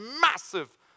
massive